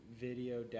video